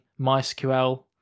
MySQL